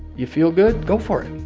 you feel good? go for it.